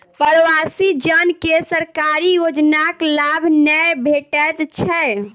प्रवासी जन के सरकारी योजनाक लाभ नै भेटैत छै